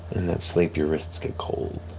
in that sleep your wrists get cold.